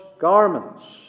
garments